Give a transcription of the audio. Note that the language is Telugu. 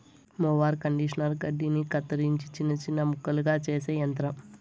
మొవార్ కండీషనర్ గడ్డిని కత్తిరించి చిన్న చిన్న ముక్కలుగా చేసే యంత్రం